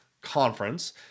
Conference